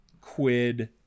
quid